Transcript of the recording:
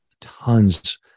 tons